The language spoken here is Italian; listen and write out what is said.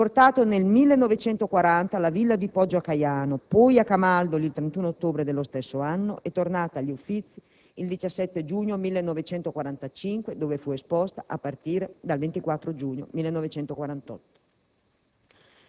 trasportata nel 1940 alla Villa dì Poggio a Caiano, poi a Camaldoli il 31 ottobre dello stesso anno e tornata agli Uffizi il 17 giugno 1945, dove fu esposta a partire dal 24 giugno 1948.